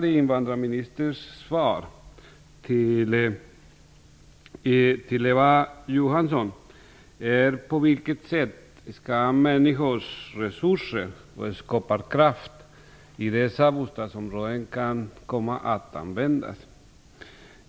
I invandrarministerns svar till Eva Johansson saknar jag dock information om på vilket sätt människors resurser och skaparkraft i nämnda bostadsområden kan komma att användas.